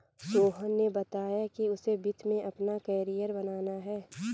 सोहन ने बताया कि उसे वित्त में अपना कैरियर बनाना है